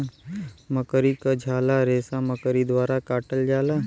मकड़ी क झाला रेसा मकड़ी द्वारा काटल जाला